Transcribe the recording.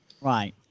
Right